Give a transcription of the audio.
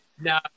no